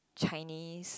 Chinese